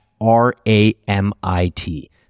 r-a-m-i-t